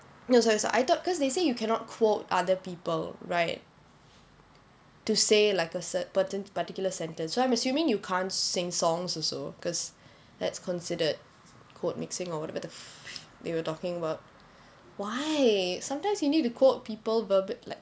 no sorry so I thought because they say you cannot quote other people right to say like a cert~ person particular sentence so I'm assuming you can't sing songs also because that's considered quote mixing or whatever the they were talking work why sometimes you need to quote people but like